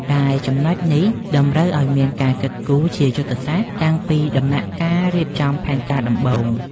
ដែលចំណុចនេះតម្រូវឱ្យមានការគិតគូរជាយុទ្ធសាស្ត្រតាំងពីដំណាក់កាលរៀបចំផែនការដំបូង។